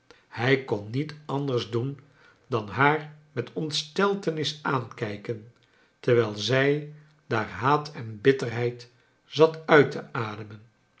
hij kon niet anders doen dan haar met ontsteltenis aankijken terwijl zij daar haat en bitterheid zat uit te ademen